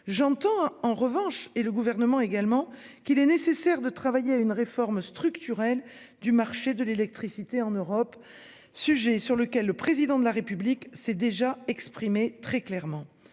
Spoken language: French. J'entends en revanche et le gouvernement également qu'il est nécessaire de travailler à une réforme structurelle du marché de l'électricité en Europe, sujet sur lequel le président de la République s'est déjà exprimé très clairement